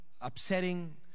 upsetting